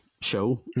show